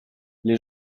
les